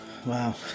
Wow